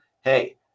hey